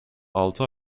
altı